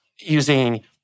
using